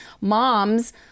moms